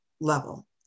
level